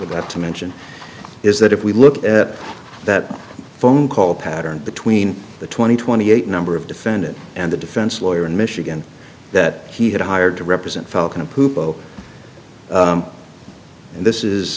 that to mention is that if we look at that phone call pattern between the twenty twenty eight number of defendant and the defense lawyer in michigan that he had hired to represent falcon a pupil and this